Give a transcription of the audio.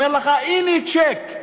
אומר לך: הנה צ'ק,